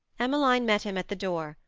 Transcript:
emmeline met him at the door,